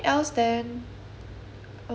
um